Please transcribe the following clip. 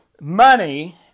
money